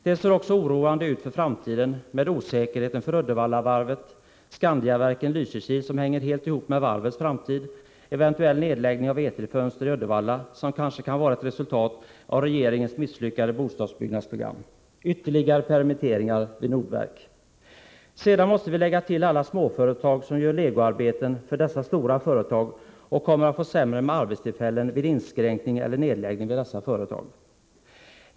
Det ser också oroande ut för framtiden med osäkerhet för Uddevallavarvet, Skandiaverken, Lysekil, som hänger helt ihop med varvets framtid, en eventuell nedläggning av Etri Fönster AB i Uddevalla, som kanske kan vara ett resultat av regeringens misslyckade bostadsbyggnadsprogram, samt ytterligare permitteringar vid Nordverk. Sedan måste vi lägga till alla småföretag som gör legoarbeten för dessa stora företag och kommer att få färre arbetstillfällen i samband med inskränkning vid eller nedläggning av de stora företagen.